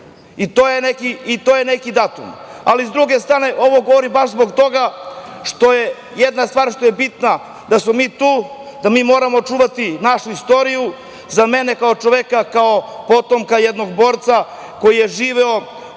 I to je neki datum. Sa druge strane, ovo govorim baš zbog toga što je jedna stvar bitna, a to je da smo mi tu, da moramo čuvati našu istoriju. Za mene kao čoveka, kao potomka jednog borca koji je živeo